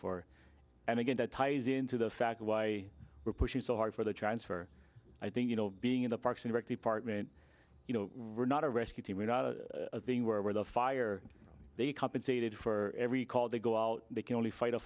for and again that ties into the fact of why we're pushing so hard for the transfer i think you know being in the parks and rec department you know we're not a rescue team we're not a thing where the fire they compensated for every call they go out they can only fight a